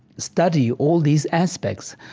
study all these aspects,